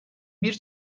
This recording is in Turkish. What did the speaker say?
bir